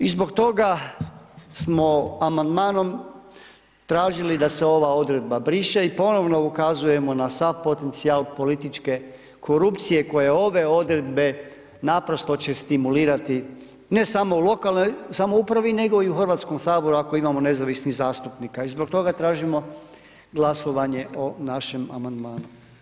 I zbog toga smo amandmanom tražili da se ova odredba briše i ponovno ukazujemo na sav potencijal političke korupcije koja ove odredbe naprosto će stimulirati ne samo u lokalnoj samoupravi nego i u Hrvatskom saboru ako imamo nezavisnih zastupnika i zbog toga tražimo glasovanje o našem amandmanu.